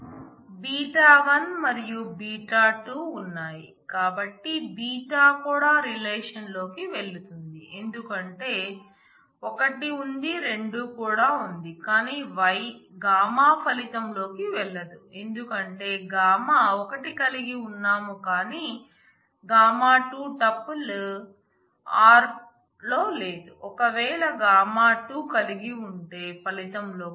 β1 మరియు β2 ఉన్నాయి కాబట్టి β కూడా రిలేషన్ లోకి వెళుతుంది ఎందుకంటే 1 ఉంది 2 కూడా ఉంది కానీ γ ఫలితం లోకి వెళ్లదు ఎందుకంటే γ 1 కలిగి ఉన్నాము కానీ γ 2 టుపుల్ r లో లేదు ఒకవేళ γ 2 కలిగి ఉంటే ఫలితం లోకి వెళుతుంది